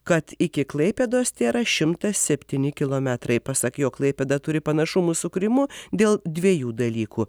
kad iki klaipėdos tėra šimtas septyni kilometrai pasak jo klaipėda turi panašumų su krymu dėl dviejų dalykų